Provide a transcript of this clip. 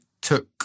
took